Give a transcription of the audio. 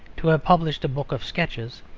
to have published a book of sketches,